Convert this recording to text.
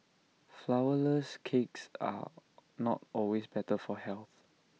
flowerless cakes are not always better for health